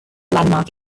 landmark